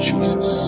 Jesus